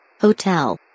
Hotel